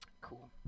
Cool